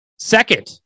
Second